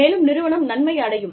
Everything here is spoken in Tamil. மேலும் நிறுவனம் நன்மை அடையும்